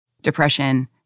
Depression